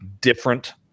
different